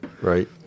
right